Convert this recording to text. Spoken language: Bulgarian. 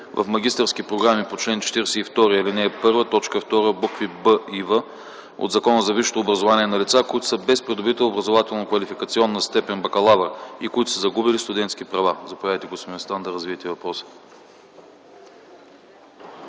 в магистърски програми по чл. 42, ал. 1, т. 2, букви „б” и „в” от Закона за висшето образование на лица, които са без придобита образователно-квалификационна степен „бакалавър”, и които са загубили студентски права. Заповядайте, господин Местан, за да развиете въпроса.